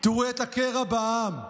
תראו את הקרע בעם,